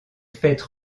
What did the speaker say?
fêtes